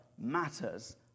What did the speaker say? matters